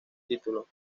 título